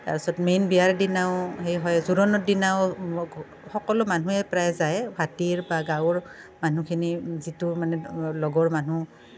তাৰপিছত মেইন বিয়াৰ দিনাও সেই হয় জোৰোণৰ দিনাও সকলো মানুহেই প্ৰায় যায় ভাতিৰ বা গাঁৱৰ মানুহখিনি যিটো মানে লগৰ মানুহ